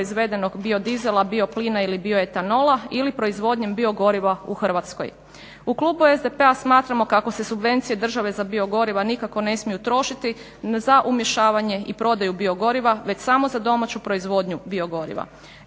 proizvedenog biodizela, bioplina ili bioetanola ili proizvodnjom biogoriva u Hrvatskoj. U klubu SDP-a smatramo kako se subvencije države za biogoriva nikako ne smiju trošiti za umješavanje i prodaju biogoriva već samo za domaću proizvodnju biogoriva.